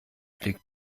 liegt